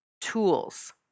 tools